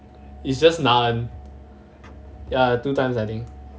is just naeun ya two times I think